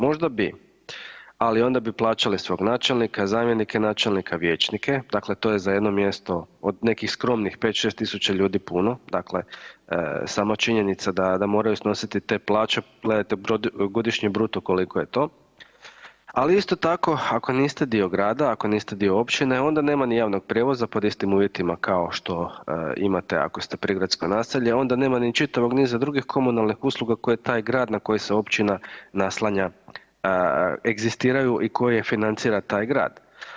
Možda bi, ali onda bi plaćale svog načelnika, zamjenike načelnika, vijećnike, dakle to je za jedno mjesto od nekih skromnih 5, 6 tisuća ljudi puno, dakle sama činjenica da, da moraju snositi te plaće, gledajte godišnje bruto koliko je to, ali isto tako, ako niste dio grada, ako niste dio općine, onda nema ni javnog prijevoza pod istim uvjetima kao što imate, ako ste prigradsko naselje, onda nema ni čitavog niza drugih komunalnih usluga koje taj grad na koje se općina naslanja, egzistiraju i koje financira taj grad.